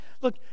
look